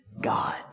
God